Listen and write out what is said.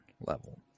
level